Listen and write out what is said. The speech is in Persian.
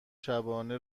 شبانه